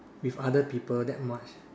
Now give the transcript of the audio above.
with other people that much